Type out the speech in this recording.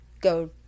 go